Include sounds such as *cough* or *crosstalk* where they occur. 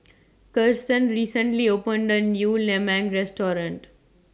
*noise* Kiersten recently opened A New Lemang Restaurant